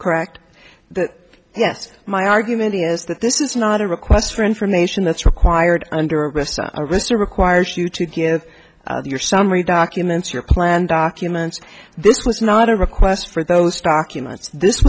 correct the yes my argument is that this is not a request for information that's required under arrest or shoot to give your summary documents your plan documents this was not a request for those documents this